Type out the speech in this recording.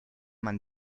man